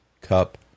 Cup